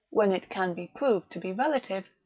when it can be proved to be relative,